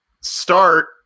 start